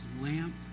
lamp